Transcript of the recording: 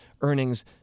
earnings